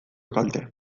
kalte